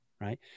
right